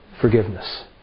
forgiveness